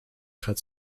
gaat